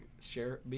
share